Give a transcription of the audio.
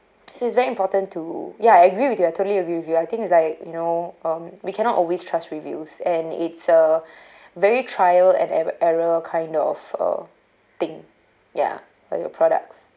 so it's very important to ya I agree with you I totally agree with you I think is like you know um we cannot always trust reviews and it's a very trial and er~ error kind of a thing ya for your products